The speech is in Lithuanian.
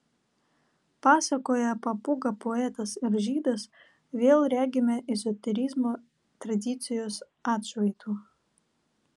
pasakoje papūga poetas ir žydas vėl regime ezoterizmo tradicijos atšvaitų